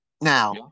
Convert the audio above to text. now